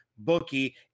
Bookie